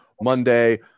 Monday